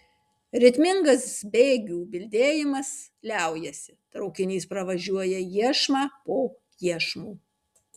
ritmingas bėgių bildėjimas liaujasi traukinys pravažiuoja iešmą po iešmo